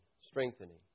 strengthening